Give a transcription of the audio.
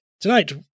tonight